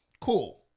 Cool